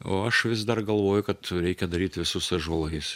o aš vis dar galvoju kad reikia daryti visus ąžuolais